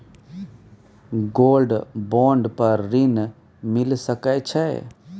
Gold bond पर ऋण मिल सके छै?